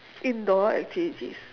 indoor activities